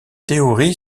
théorie